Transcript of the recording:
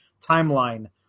timeline